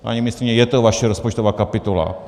Paní ministryně, je to vaše rozpočtová kapitola.